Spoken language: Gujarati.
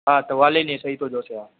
હા તો વાલીની સહી તો જોઈશે